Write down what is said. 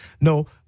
No